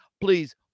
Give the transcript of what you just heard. please